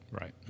Right